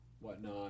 whatnot